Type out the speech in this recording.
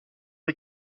les